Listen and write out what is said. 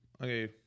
Okay